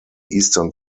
eastern